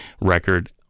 record